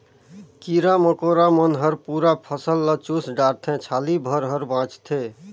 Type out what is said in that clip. कीरा मकोरा मन हर पूरा फसल ल चुस डारथे छाली भर हर बाचथे